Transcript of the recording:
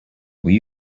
will